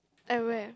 at where